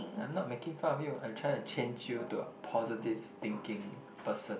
I'm not making fun of you I'm trying to change you to a positive thinking person